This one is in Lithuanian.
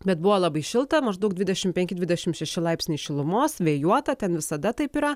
bet buvo labai šilta maždaug dvidešimt penki dvidešimt šeši laipsniai šilumos vėjuota ten visada taip yra